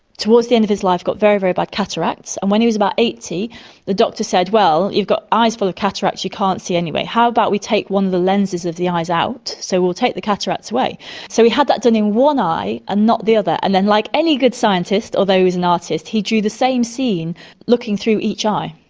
towards the end of his life got very, very bad cataracts, and when he was about eighty the doctor said, well, you've got eyes full of cataracts, you can't see anyway, how about we take one of the lenses of the eyes out, so we will take the cataracts away so he had that done in one eye and not the other. and then, like any good scientist, although he was an artist, he drew the same scene looking through each eye,